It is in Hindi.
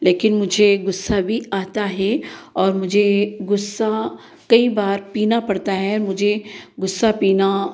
लेकिन मुझे गुस्सा भी आता है और मुझे गुस्सा कई बार पीना पड़ता है मुझे गुस्सा पीना